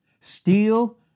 Steal